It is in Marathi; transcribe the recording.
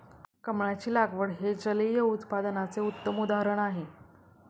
कमळाची लागवड हे जलिय उत्पादनाचे उत्तम उदाहरण आहे